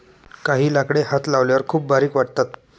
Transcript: काही लाकडे हात लावल्यावर खूप बारीक वाटतात